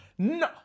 No